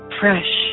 fresh